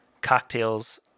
Cocktails